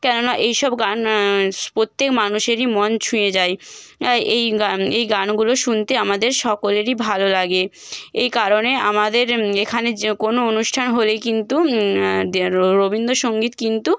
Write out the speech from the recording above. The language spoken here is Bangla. কেননা এই সব গান প্রত্যেক মানুষেরই মন ছুঁয়ে যায় এই এই গানগুলো শুনতে আমাদের সকলেরই ভালো লাগে এই কারণে আমাদের এখানে যে কোনো অনুষ্ঠান হলেই কিন্তু রবীন্দ্রসঙ্গীত কিন্তু